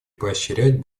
поощрять